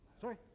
Sorry